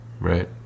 right